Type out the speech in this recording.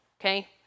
okay